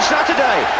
Saturday